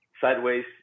sideways